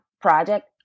project